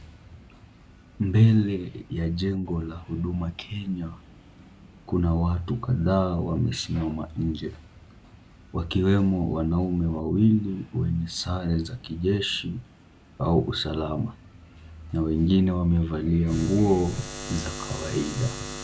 Mbele ya jengo la huduma kenya, kuna watu kadhaa wamesismama nje, wakiwemo wanaume wawili wenye sare za kijeshi au usalama, na wengine wamevalia nguo za kawaida.